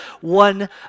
one